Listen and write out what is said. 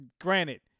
Granted